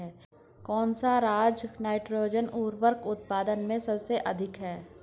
कौन सा राज नाइट्रोजन उर्वरक उत्पादन में सबसे अधिक है?